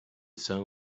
sun